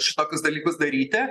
šitokius dalykus daryti